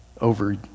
over